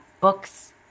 books